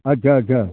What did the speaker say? अच्छा अच्छा